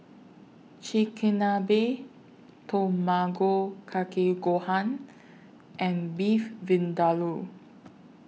Chigenabe Tamago Kake Gohan and Beef Vindaloo